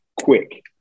quick